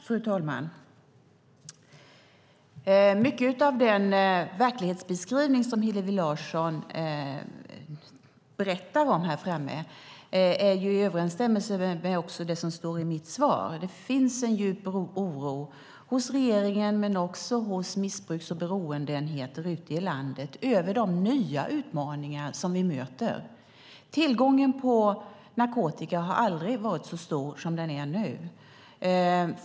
Fru talman! Mycket av den verklighetsbeskrivning Hillevi Larsson tar upp stämmer överens med vad jag sade i mitt svar. Det finns en djup oro hos regeringen och hos missbruks och beroendeenheter ute i landet över de nya utmaningar vi möter. Tillgången till narkotika har aldrig varit så stor som den är nu.